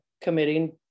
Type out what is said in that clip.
committing